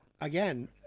again